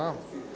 Hvala.